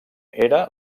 era